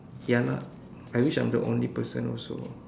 ya lah I wish I'm the only person also